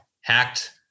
hacked